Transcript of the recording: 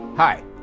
Hi